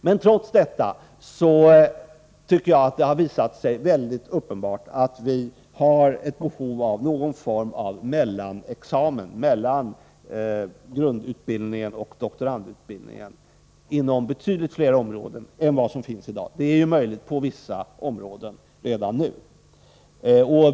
Men trots detta tycker jag att det har visat sig vara helt uppenbart att vi har ett behov av att inom betydligt fler områden än i dag erbjuda någon form av mellanexamen mellan grundutbildningen och doktorandutbildningen. Det är redan nu möjligt att på vissa områden få sådan utbildning.